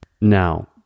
Now